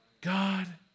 God